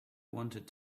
wanted